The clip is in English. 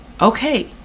okay